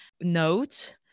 note